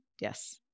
Yes